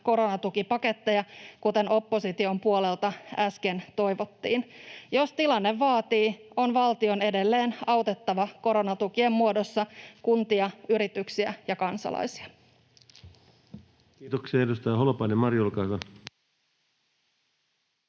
koronatukipaketteja, kuten opposition puolelta äsken toivottiin. Jos tilanne vaatii, on valtion edelleen autettava koronatukien muodossa kuntia, yrityksiä ja kansalaisia. [Speech 72] Speaker: Ensimmäinen varapuhemies